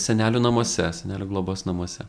senelių namuose senelių globos namuose